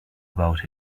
about